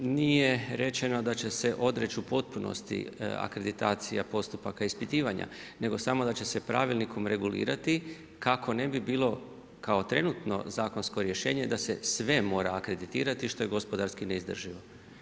Nije rečeno da će se odreći u potpunosti akreditacija postupaka ispitivanja nego samo da će se pravilnikom regulirati kako ne bi bilo kao trenutno zakonsko rješenje da se sve mora akreditirati što je gospodarski neizdrživo.